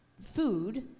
food